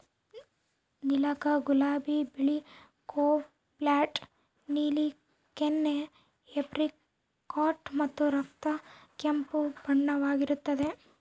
ನೀಲಕ ಗುಲಾಬಿ ಬಿಳಿ ಕೋಬಾಲ್ಟ್ ನೀಲಿ ಕೆನೆ ಏಪ್ರಿಕಾಟ್ ಮತ್ತು ರಕ್ತ ಕೆಂಪು ಬಣ್ಣವಾಗಿರುತ್ತದೆ